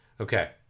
Okay